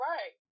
Right